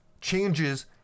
changes